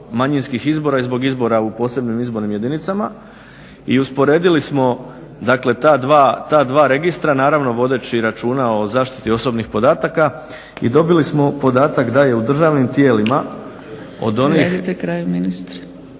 manjinskih izbora i zbog izbora u posebnim izbornim jedinicama i usporedili smo dakle ta dva registra, naravno vodeći računa o zaštiti osobnih podataka i dobili smo podatak da je u državnim tijelima od onih